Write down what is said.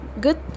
Good